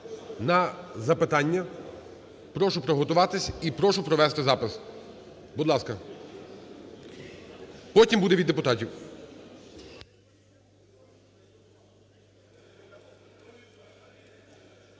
на запитання. Прошу приготуватися і прошу провести запис, будь ласка, потім буде від депутатів.